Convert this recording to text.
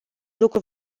lucru